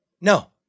No